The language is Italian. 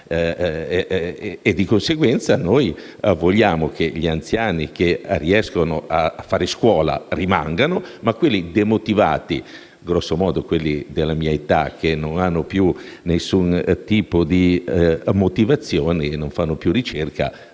Di conseguenza, noi vogliamo che gli anziani che riescono a fare scuola rimangano e che quelli demotivati (grosso modo, quelli della mia età), che non hanno più alcun tipo di motivazione e non fanno più ricerca,